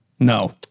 No